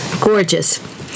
Gorgeous